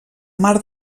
mar